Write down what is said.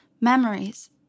memories